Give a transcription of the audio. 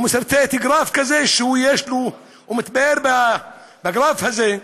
הוא מסרטט גרף כזה שיש לו, והוא מתפאר בגרף הזה.